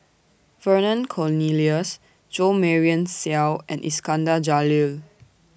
Vernon Cornelius Jo Marion Seow and Iskandar Jalil